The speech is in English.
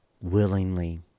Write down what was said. willingly